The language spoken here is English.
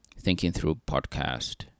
thinkingthroughpodcast